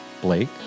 Blake